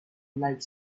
like